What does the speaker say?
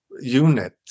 unit